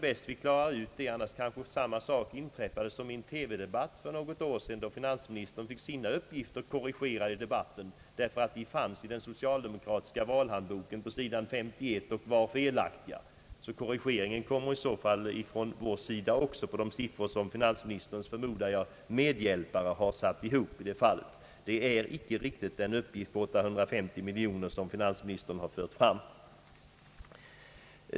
Det är bäst att klara ut detta, annars kanske samma sak inträffar som i en TV-debatt för något år sedan, då finansministern fick sina uppgifter korrigerade, därför att de fanns i den socialdemokratiska valhandboken på sidan 51 och var felaktiga. En korrigering kommer i detta fall från oss i fråga om de siffror, som jag förmodar att finansministerns medhjälpare har satt ihop. Den uppgift på 850 miljoner kronor som finansministern här har fört fram är inte riktig.